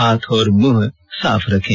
हाथ और मुंह साफ रखें